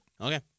Okay